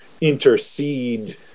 intercede